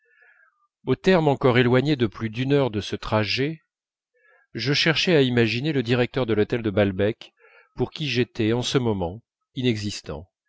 au terme encore éloigné de plus d'une heure de ce trajet je cherchais à imaginer le directeur de l'hôtel de balbec pour qui j'étais en ce moment inexistant